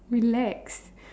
relax